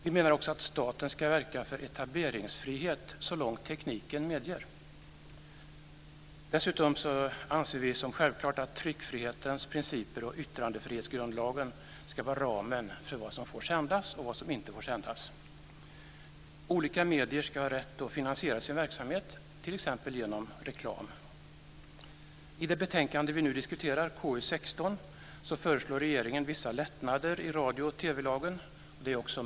Vi menar också att staten ska verka för etableringsfrihet så långt tekniken medger. Dessutom anser vi som självklart att tryckfrihetens principer och yttrandefrihetsgrundlagen ska vara ramen för vad som får sändas och inte får sändas. Olika medier ska ha rätt att finansiera sin verksamhet t.ex. med reklam. I betänkande KU16 diskuteras regeringens förslag om vissa lättnader i radio och TV-lagen.